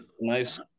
nice